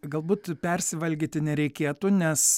galbūt persivalgyti nereikėtų nes